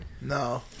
No